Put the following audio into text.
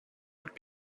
would